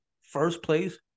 first-place